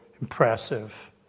impressive